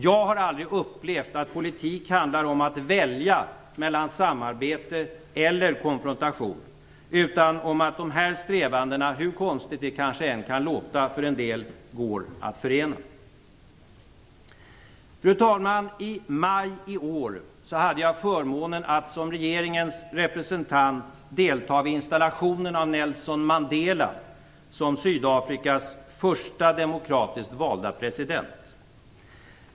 Jag har aldrig upplevt att politik handlar om att välja mellan samarbete och konfrontation, utan om att dessa strävanden, hur konstigt det kanske än kan låta för en del, går att förena. Fru talman! I maj i år hade jag förmånen att som regeringens representant delta vid installationen av Nelson Mandela som Sydafrikas första demokratiskt valda president.